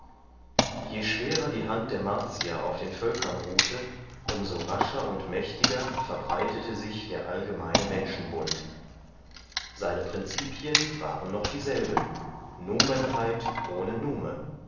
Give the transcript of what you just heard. je schwerer die hand der martier auf den völkern ruhte um so rascher und mächtiger verbreitete sich der allgemeine menschenbund seine prinzipien waren noch dieselben numenheit ohne nume